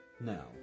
Now